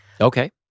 okay